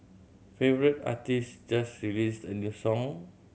favourite artist just released a new song